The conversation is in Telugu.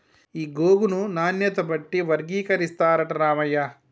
ఈ గోగును నాణ్యత బట్టి వర్గీకరిస్తారట రామయ్య